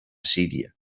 síria